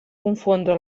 confondre